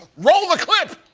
roll the clip.